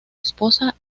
esposa